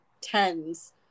tens